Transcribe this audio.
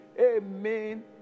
amen